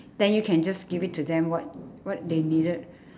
then you can just give it to them what what they needed